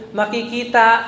makikita